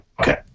okay